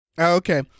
Okay